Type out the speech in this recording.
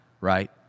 right